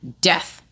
death